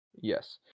Yes